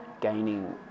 gaining